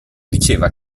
diceva